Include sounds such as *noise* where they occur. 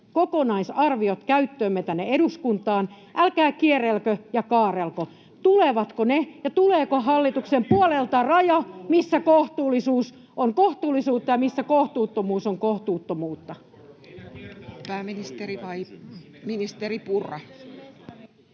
kokonaisarviot käyttöömme tänne eduskuntaan. Älkää kierrelkö ja kaarrelko. *noise* Tulevatko ne, ja tuleeko hallituksen puolelta raja, missä kohtuullisuus on kohtuullisuutta ja missä kohtuuttomuus on kohtuuttomuutta? [Speech 12]